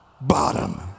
bottom